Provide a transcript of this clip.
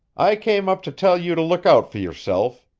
i came up to tell you to look out for yourself,